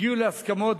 הגיעו להסכמות.